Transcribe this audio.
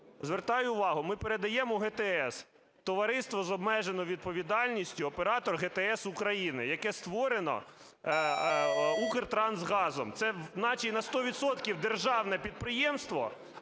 Звертаю увагу, ми передаємо ГТС товариству з обмеженою відповідальністю "Оператор ГТС України", яке створено "Укртрансгазом". Це наче і на сто відсотків державне підприємство,